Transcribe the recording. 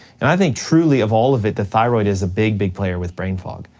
and i think truly, of all of it, the thyroid is a big, big player with brain fog.